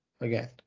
Again